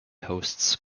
hosts